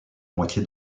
moitié